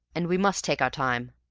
and we must take our time.